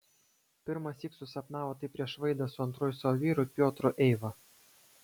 pirmąsyk susapnavo tai prieš vaidą su antruoju savo vyru piotru eiva